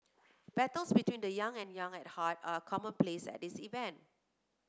battles between the young and young at heart are commonplace at these event